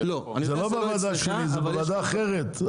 זה לא בוועדה שלי זה בוועדה אחרת,